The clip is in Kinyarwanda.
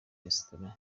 restaurant